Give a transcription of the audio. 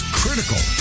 critical